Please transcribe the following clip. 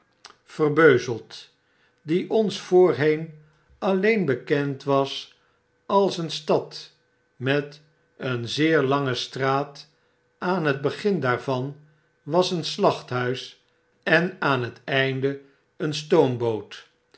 die ons voorheen alleen bekend was als een stad met een zeer lange straat aan het begin daarvan was een slachthuis en aan het einde een stoomboot